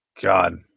God